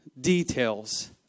details